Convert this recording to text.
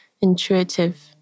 intuitive